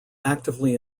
actively